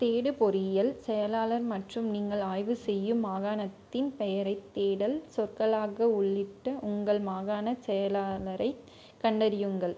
தேடு பொறியில் செயலாளர் மற்றும் நீங்கள் ஆய்வு செய்யும் மாகாணத்தின் பெயரைத் தேடல் சொற்களாக உள்ளிட்டு உங்கள் மாகாணச் செயலாளரைக் கண்டறியுங்கள்